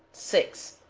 six.